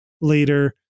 later